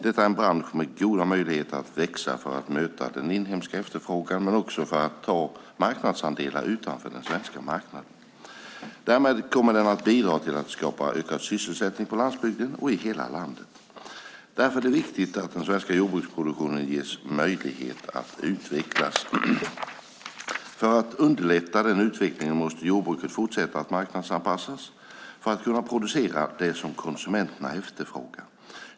Detta är en bransch med goda möjligheter att växa för att möta den inhemska efterfrågan men också för att ta marknadsandelar utanför den svenska marknaden. Därmed kommer den att bidra till att skapa ökad sysselsättning på landsbygden och i hela landet. Därför är det viktigt att den svenska jordbruksproduktionen ges möjlighet att utvecklas. För att underlätta den utvecklingen måste jordbruket fortsätta att marknadsanpassas för att kunna producera det som konsumenterna efterfrågar.